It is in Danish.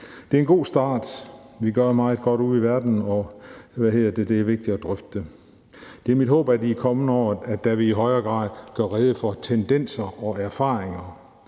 Det er en god start. Vi gør meget godt ude i verden, og det er vigtigt at drøfte det. Det er mit håb, at vi i de kommende år i højere grad vil gøre rede for tendenser og erfaringer